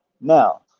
Now